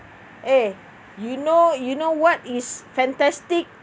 !hey! you know you know what is fantastic